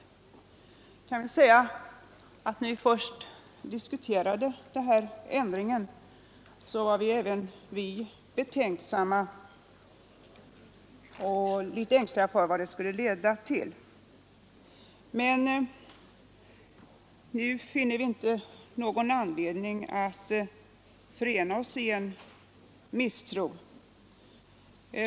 Jag kan väl säga att när vi först diskuterade den föreslagna ändringen var även vi betänksamma och litet ängsliga för vad den skulle leda till. Men nu finner vi inte någon anledning att förena oss med reservanterna i deras misstro.